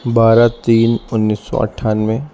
بارہ تین انیس سو اٹھانوے